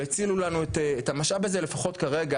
והצילו לנו את המשאב הזה לפחות כרגע,